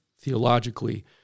theologically